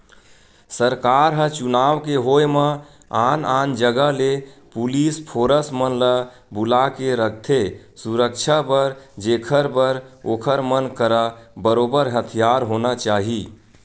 सरकार ह चुनाव के होय म आन आन जगा ले पुलिस फोरस मन ल बुलाके रखथे सुरक्छा बर जेखर बर ओखर मन करा बरोबर हथियार होना चाही